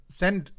send